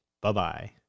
Bye-bye